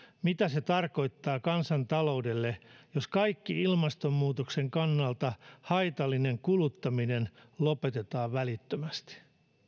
mitä se tarkoittaa kansantaloudelle jos kaikki ilmastonmuutoksen kannalta haitallinen kuluttaminen lopetetaan välittömästi